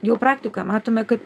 jau praktikoje matome kad